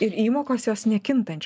ir įmokos jos nekintanč